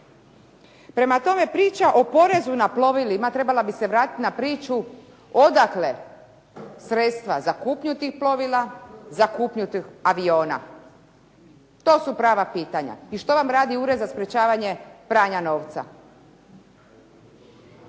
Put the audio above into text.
Prema tome, priča o porezu na plovilima trebala bi se vratiti na priču odakle sredstva za kupnju tih plovila, za kupnju aviona. To su prava pitanja. I što vam radi Ured za sprečavanje pranja novca?